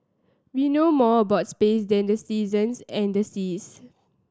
we know more about space than the seasons and the seas